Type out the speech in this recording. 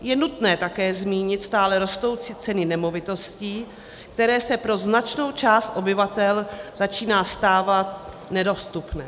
Je nutné také zmínit stále rostoucí ceny nemovitostí, které se pro značnou část obyvatel začínají stávat nedostupnými.